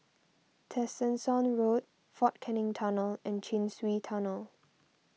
Tessensohn Road fort Canning Tunnel and Chin Swee Tunnel